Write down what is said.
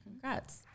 Congrats